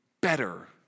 better